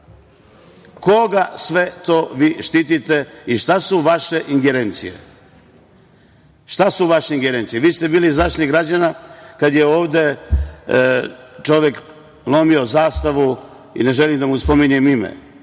koga sve to vi štitite i šta su vaše ingerencije? Šta su vaše ingerencije? Vi ste bili Zaštitnik građana kada je ovde čovek lomio zastavu, ne želim da mu spominjem ime,